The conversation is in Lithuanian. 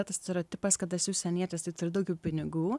tas stereotipas kad esi užsienietis tai turi daugiau pinigų